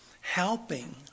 helping